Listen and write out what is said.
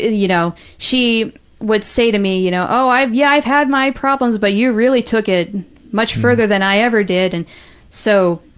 you know, she would say to me, you know, oh, yeah, i've had my problems but you really took it much further than i ever did, and so,